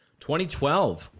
2012